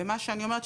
ומה שאני אומרת,